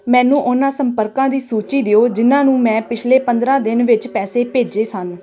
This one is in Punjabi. ਮੈਨੂੰ ਉਹਨਾਂ ਸੰਪਰਕਾਂ ਦੀ ਸੂਚੀ ਦਿਓ ਜਿਨ੍ਹਾਂ ਨੂੰ ਮੈਂ ਪਿਛਲੇ ਪੰਦਰਾਂ ਦਿਨ ਵਿੱਚ ਪੈਸੇ ਭੇਜੇ ਸਨ